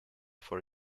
for